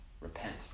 repent